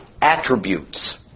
attributes